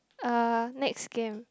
uh next game